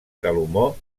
salomó